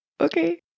okay